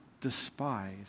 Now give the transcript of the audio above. despise